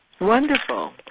Wonderful